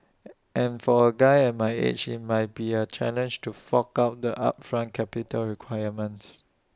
and for A guy my age IT might be A challenge to fork out the upfront capital requirements